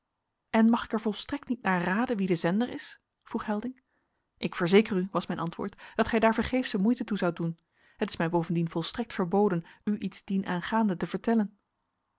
en mag ik er volstrekt niet naar raden wie de zender is vroeg helding ik verzeker u was mijn antwoord dat gij daar vergeefsche moeite toe zoudt doen het is mij bovendien volstrekt verboden u iets dienaangaande te vertellen